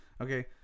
okay